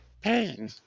pain